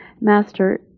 Master